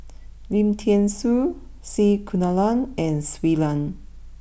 Lim Thean Soo C Kunalan and Shui Lan